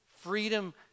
Freedom